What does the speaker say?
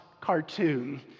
cartoon